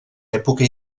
època